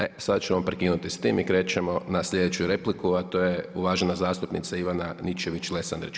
E sada ćemo prekinuti s tim i krećemo na sljedeću repliku, a to je uvažena zastupnica Ivana Ninčević-Lesandrić.